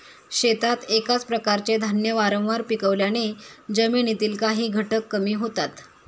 शेतात एकाच प्रकारचे धान्य वारंवार पिकवल्याने जमिनीतील काही घटक कमी होतात